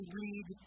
read